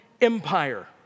Empire